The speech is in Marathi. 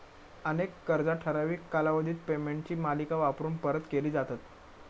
अनेक कर्जा ठराविक कालावधीत पेमेंटची मालिका वापरून परत केली जातत